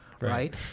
right